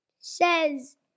says